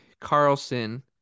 Carlson